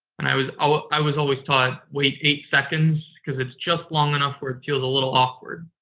and i was ah ah i was always taught wait eight seconds because it's just long enough where it feels a little awkward.